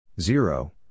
Zero